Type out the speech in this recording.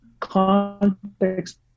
context